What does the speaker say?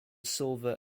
silver